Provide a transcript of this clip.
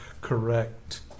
correct